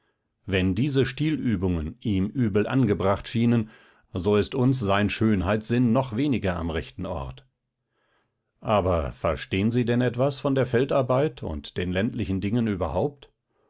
wenn diese stilübungen ihm übel angebracht schienen so ist uns sein schönheitssinn noch weniger am rechten ort aber verstehen sie denn etwas von der feldarbeit und den ländlichen dingen überhaupt